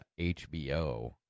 HBO